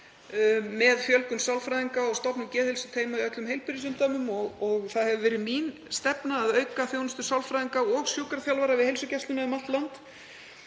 með fjölgun sálfræðinga og stofnun geðheilsuteyma í öllum heilbrigðisumdæmum. Það hefur verið mín stefna að auka þjónustu sálfræðinga og sjúkraþjálfara við heilsugæsluna um allt land.